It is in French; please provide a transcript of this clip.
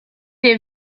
est